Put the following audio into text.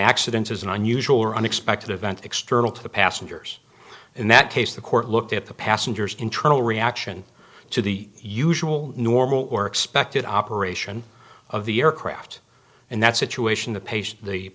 accidents is an unusual or unexpected event external to the passengers in that case the court looked at the passengers internal reaction to the usual normal or expected operation of the aircraft and that situation th